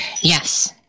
yes